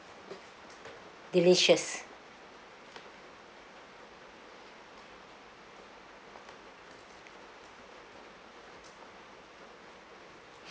delicious